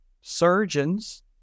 surgeons